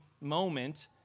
moment